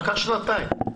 קח שנתיים.